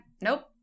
Nope